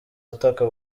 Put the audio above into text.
utaka